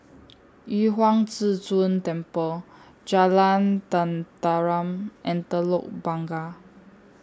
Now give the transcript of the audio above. Yu Huang Zhi Zun Temple Jalan Tenteram and Telok Blangah